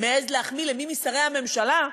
מעז להחמיא למי משרי הממשלה,